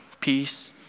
peace